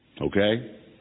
Okay